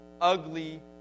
ugly